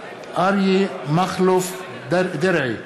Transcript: אריה מכלוף דרעי,